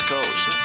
Coast